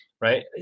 right